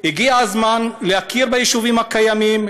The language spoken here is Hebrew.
הגיע הזמן להכיר ביישובים הקיימים,